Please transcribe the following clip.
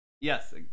Yes